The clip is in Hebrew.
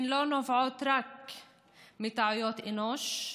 הן לא נובעות רק מטעויות אנוש,